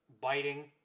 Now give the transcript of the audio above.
biting